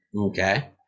Okay